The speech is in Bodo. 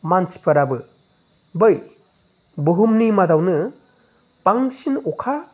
मानसिफोराबो बै बुहुमनि मादावनो बांसिन अखा